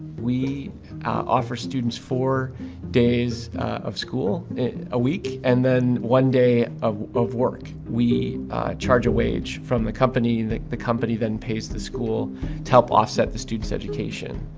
we offer students four days of school a week, and then one day of of work. we charge a wage from the company that the company then pays the school to help offset the student's education.